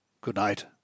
Good-night